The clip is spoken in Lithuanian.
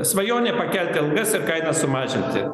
svajonė pakelti algas ir kainas sumažinti